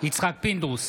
יצחק פינדרוס,